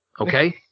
okay